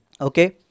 okay